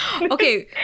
Okay